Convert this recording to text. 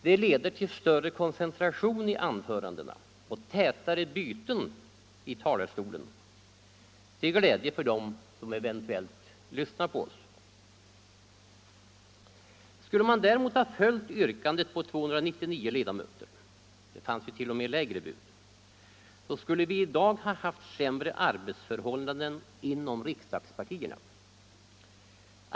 Det leder till större koncentration i anförandena och tätare byten i talarstolen, till glädje för dem som eventuellt lyssnar på oss. Skulle man däremot ha följt yrkandet på 299 ledamöter — det fanns t.o.m. ännu lägre bud — skulle vi i dag ha haft sämre arbetsförhållanden inom riksdagspartierna.